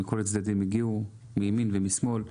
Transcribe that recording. מימין ומשמאל.